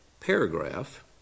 paragraph